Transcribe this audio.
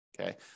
Okay